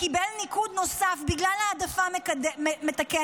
וקיבל ניקוד נוסף בגלל העדפה מתקנת,